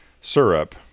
syrup